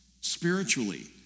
spiritually